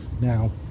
now